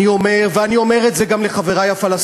אני אומר, ואני אומר את זה גם לחברי הפלסטינים,